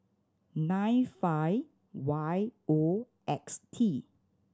nine five Y O X T